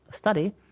study